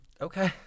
Okay